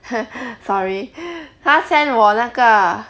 !huh! sorry 他 send 我那个